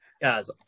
guys